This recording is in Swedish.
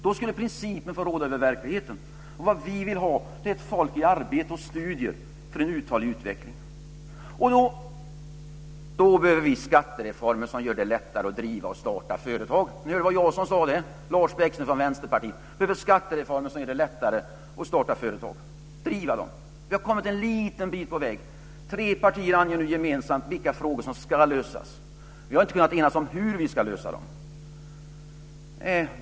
Då skulle principen få råda över verkligheten. Vad vi vill ha är ett folk i arbete och studier för en uthållig utveckling. Då behöver vi skattereformer som gör det lättare för människor att starta och driva företag. Det var jag som sade det, Lars Bäckström från Vänsterpartiet. Vi behöver skattereformer som gör det lättare att starta företag och driva dem. Vi har kommit en liten bit på vägen. Tre partier anger nu gemensamt vilka frågor som ska lösas. Vi har inte kunnat enas om hur vi ska lösa dem.